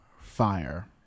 fire